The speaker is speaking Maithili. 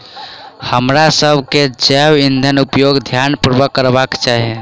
हमरासभ के जैव ईंधनक उपयोग ध्यान पूर्वक करबाक चाही